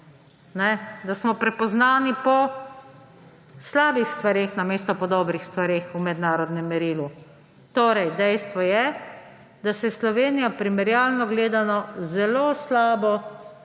da smo prepoznavni po slabih stvareh namesto po dobrih stvareh v mednarodnem merilu. Torej, dejstvo je, da se je Slovenija primerjalno gledano zelo slabo